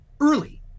early